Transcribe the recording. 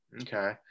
Okay